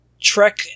Trek